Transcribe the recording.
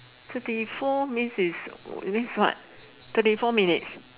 thirty four means is that means is what thirty four minutes